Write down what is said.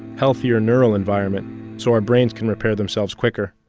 healthier neural environment so our brains can repair themselves quicker